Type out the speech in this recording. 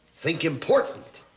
think important.